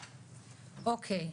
אוקי,